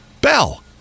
Bell